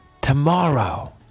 Tomorrow